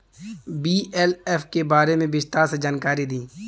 BLF के बारे में विस्तार से जानकारी दी?